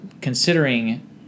considering